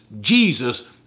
Jesus